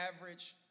average